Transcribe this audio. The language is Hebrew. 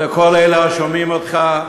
ולכל אלה השומעים אותך.